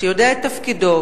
שיודע את תפקידו,